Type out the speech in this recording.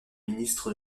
ministre